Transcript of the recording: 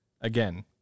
again